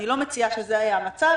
אני לא מציעה שזה יהיה המצב.